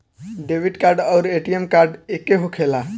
Debit card आउर ATM card एके होखेला?